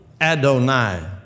Adonai